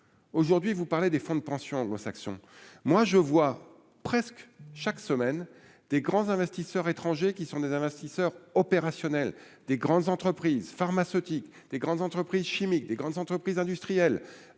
aujourd'hui, vous parlez des fonds de pension anglo-saxon, moi je vois presque chaque semaine des grands investisseurs étrangers qui sont des investisseurs opérationnel des grandes entreprises pharmaceutiques, des grandes entreprises chimiques des grandes entreprises industrielles